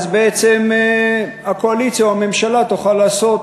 בעצם הקואליציה או הממשלה תוכל לעשות